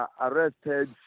Arrested